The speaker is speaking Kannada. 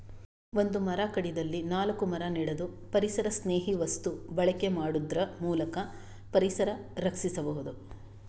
ಒಂದು ಮರ ಕಡಿದಲ್ಲಿ ನಾಲ್ಕು ಮರ ನೆಡುದು, ಪರಿಸರಸ್ನೇಹಿ ವಸ್ತು ಬಳಕೆ ಮಾಡುದ್ರ ಮೂಲಕ ಪರಿಸರ ರಕ್ಷಿಸಬಹುದು